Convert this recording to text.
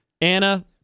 Anna